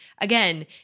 again